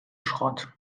schrott